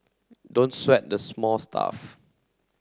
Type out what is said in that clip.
don't sweat the small stuff